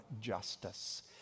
justice